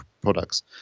products